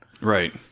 Right